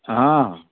ହଁ